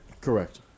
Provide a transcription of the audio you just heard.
Correct